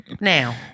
Now